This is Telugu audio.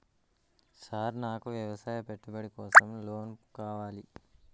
సార్ నాకు వ్యవసాయ పెట్టుబడి కోసం లోన్ కావాలి?